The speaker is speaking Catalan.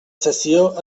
sessió